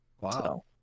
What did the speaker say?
Wow